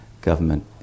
government